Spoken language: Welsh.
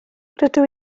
rydw